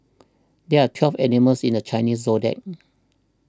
there are twelve animals in the Chinese zodiac